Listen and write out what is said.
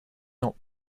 not